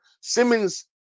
Simmons